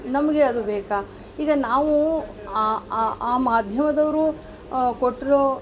ನಮಗೆ ಅದು ಬೇಕಾ ಈಗ ನಾವು ಆ ಆ ಆ ಮಾಧ್ಯಮದವರು ಕೊಟ್ಟಿರೊ